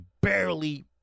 barely